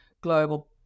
global